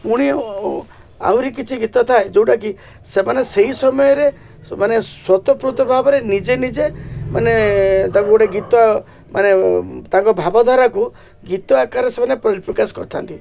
ପୁଣି ଆହୁରି କିଛି ଗୀତ ଥାଏ ଯୋଉଟାକି ସେମାନେ ସେହି ସମୟରେ ମାନେ ସ୍ୱତଃସ୍ଫୂର୍ତ୍ତ ଭାବରେ ନିଜେ ନିଜେ ମାନେ ତାକୁ ଗୋଟେ ଗୀତ ମାନେ ତାଙ୍କ ଭାବଧାରାକୁ ଗୀତ ଆକାରରେ ସେମାନେ ପରିପ୍ରକାଶ କରିଥାନ୍ତି